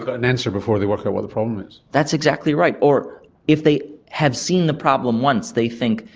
ah an answer before they work out what the problem is. that's exactly right. or if they have seen the problem once they think,